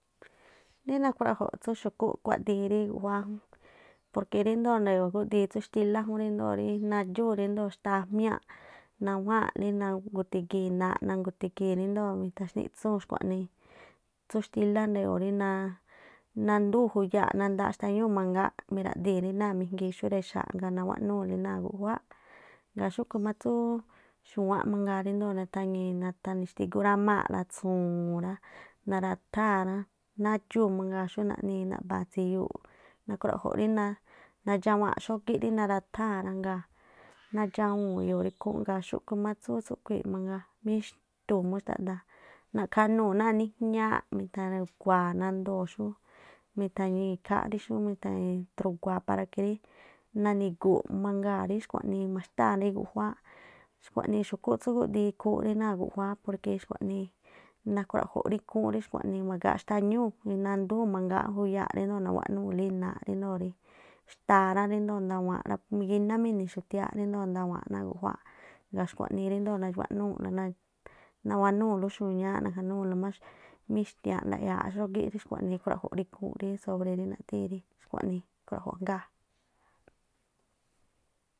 Rí nakhrua̱jo̱ rí tsú xu̱kú kuádiin rí guꞌjuáá porque ríndo̱o nda̱yo̱o̱ rí gúꞌdiin tsú xtílá jún ríndo̱o rí nadxuu̱n ríndo̱o rí xtaa jmiáa̱ꞌ nawáꞌlí nangu̱ti̱gii̱n inaaꞌ nangu̱ti̱gii̱n ríndóo mithaxnítsúu̱n xkua̱ꞌnii, tsú xtílá nda̱yo̱o̱ rí naa nandúu̱n juyaa̱ꞌ nandaaꞌ xtañúu̱ magáánꞌ mira̱ꞌdii̱n rí náa̱ mijngii xú rexa̱a̱ꞌ, ngaa̱ nawáꞌnúu̱lí náa̱ guꞌjuááꞌ. Ngaa̱ xúꞌkhu máa tsúú xúwáánꞌ mangaa ríndoo̱ nathañii̱ nathani̱ xtígúrámáa̱ꞌla tsu̱wu̱un rá, naratháa̱n rá, nadxuu̱ mangaa̱ xú naꞌnii̱ naꞌba̱a̱n tsiyuu̱. Nakhruaꞌjo̱ꞌ rí naaꞌ nadxawaa̱nꞌ xógí rí naratháan rangaa̱, nadxawuu̱n eyo̱o̱ rí khúún ngaa̱ xúꞌkhu̱ má tsú tsúꞌkhui̱ mangaa míxtu̱u̱n mú xtaꞌdaa, na̱ꞌkhanuu̱ náa̱ nijñáá mi̱tha̱ru̱gua̱a̱ nandoo̱ xú mitha̱ñii̱ khááꞌ rí xú mithru̱gua̱a̱ para que rí nani̱gu̱u̱ꞌ mangaa̱ rí xkuaꞌnii maxtáa̱ rí guꞌjuááꞌ. Xkuaꞌniiꞌ xu̱kúꞌ tsú gúꞌdiin ikhúúnꞌ rí náa̱ guꞌjuá porque xkuaꞌnii nakhruaꞌjo̱ꞌ rí ikhúún rí xkuaꞌnii ma̱gaa xtañúu̱, i̱ nandúu̱n mangaa̱ꞌ juyaa̱ꞌ rídoo̱ nawáꞌnúu̱lí inaaꞌ ríndoo̱ rí xtaa rá, ríndoo̱ ndawaan rá, pu migíná má ini̱ xu̱tiááꞌ ríndo̱o ndawa̱an náa̱ guꞌjuááꞌ. Ngaa̱ xkuaꞌnii ríndoo̱ naguaꞌnuuꞌla naaꞌ, nawanúu̱la xu̱ñááꞌ, na̱ꞌja̱núu̱la má míxtia̱anꞌ ndaꞌyaaꞌ xógíꞌ rí xkuaꞌnii ikhruaꞌjo̱ꞌ rí ikhúúnꞌ rí sobre rí naꞌthíi̱n rí xkuaꞌnii ikhruaꞌjo̱ꞌ ajngáá.